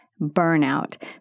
burnout